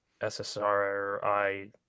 SSRI